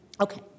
Okay